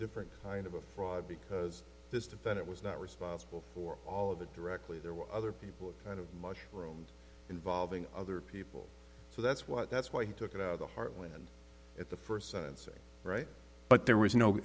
different kind of a fraud because this that that it was not responsible for all of that directly there were other people kind of mushroom involving other people so that's what that's why he took it out of the heartland at the first sentence or right but there was no